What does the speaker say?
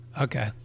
Okay